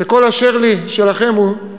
שכל אשר לי שלכם הוא,